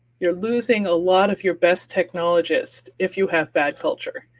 you're losing a lot of your best technologists if you have bad culture,